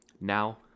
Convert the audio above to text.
Now